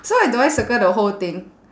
so I do I circle the whole thing